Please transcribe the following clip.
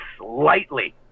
slightly